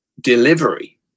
delivery